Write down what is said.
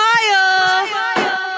Smile